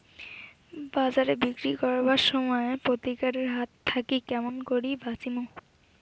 বাজারে বিক্রি করিবার সময় প্রতারক এর হাত থাকি কেমন করি বাঁচিমু?